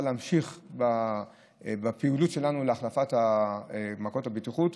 להמשיך בפעילות שלנו להחלפת מעקות הבטיחות.